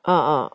uh uh